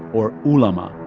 or ulema,